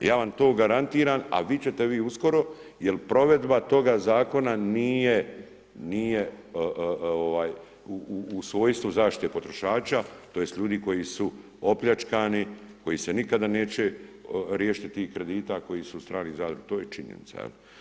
Ja vam to garantiram, ali vidjeti ćete to uskoro, jer provedba toga zakona nije u svojstvu zaštite potrošača, tj. ljudi koji su opljačkani, koji se nikada neće riješiti tih kredita koji su u stranim … to je činjenica.